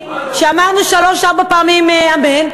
שאמרנו שלוש-ארבע פעמים אמן,